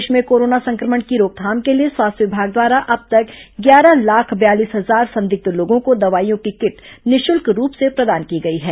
प्रदेश में कोरोना संक्रमण की रोकथाम के लिए स्वास्थ्य विभाग द्वारा अब तक ग्यारह लाख बयालीस हजार संदिग्ध मरीजों को दवाईयों की किट निःशुल्क रूप से प्रदान की गई है